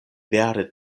vere